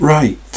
Right